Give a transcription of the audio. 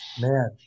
Man